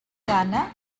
gana